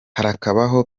harakabaho